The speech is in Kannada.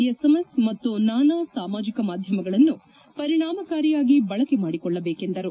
ಎಸ್ ಎಂಎಸ್ ಮತ್ತು ನಾನಾ ಸಾಮಾಜಿಕ ಮಾಧ್ಯಮಗಳನ್ನು ಪರಿಣಾಮಕಾರಿಯಾಗಿ ಬಳಕೆ ಮಾಡಿಕೊಳ್ಳಬೇಕೆಂದರು